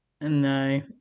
No